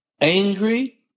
angry